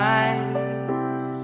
eyes